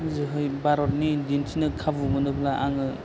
जोहै भारतनि दिन्थिनो खाबु मोनोब्ला आङो